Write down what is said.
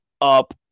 up